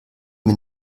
mir